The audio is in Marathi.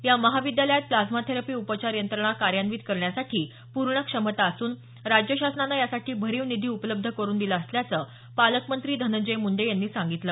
या महाविद्यालयात प्लाझ्मा थेरपी उपचार यंत्रणा कार्यान्वित करण्यासाठी पूर्ण क्षमता असून राज्य शासनाने यासाठी भरीव निधी उपलब्ध करून दिला असल्याचं पालकमंत्री धनंजय मुंडे यांनी सांगितलं